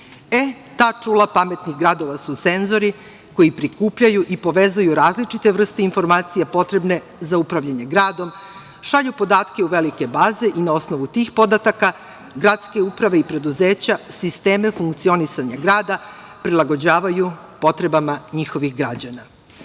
Ta čula pametnih gradova su senzori koji prikupljaju i povezuju različite vrste informacija potrebne za upravljanje gradom, šalju podatke u velike baze i na osnovu tih podataka gradske uprave i preduzeća, sisteme funkcionisanja grada prilagođavaju potrebama njihovih građana. Na